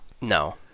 no